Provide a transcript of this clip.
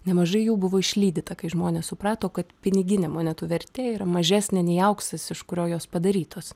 nemažai jų buvo išlydyta kai žmonės suprato kad piniginė monetų vertė yra mažesnė nei auksas iš kurio jos padarytos